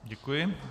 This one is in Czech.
Děkuji.